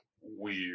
weird